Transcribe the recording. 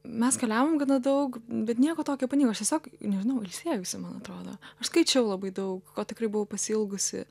mes keliavom gana daug bet nieko tokio ypatingo aš tiesiog nežinau ilsėjausi man atrodo aš skaičiau labai daug ko tikrai buvau pasiilgusi